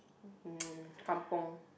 mm kampung